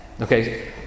Okay